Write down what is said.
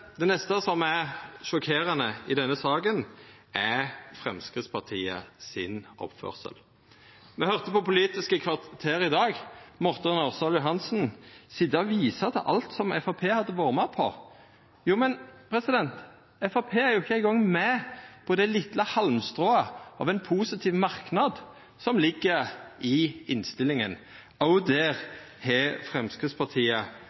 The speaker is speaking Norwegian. Det neste som er sjokkerande i denne saka, er Framstegspartiet sin oppførsel. Me høyrde på Politisk kvarter i dag Morten Ørsal Johansen visa til alt som Framstegspartiet hadde vore med på. Men Framstegspartiet er ikkje eingong med på det vesle halmstrået av ein positiv merknad som ligg i innstillinga.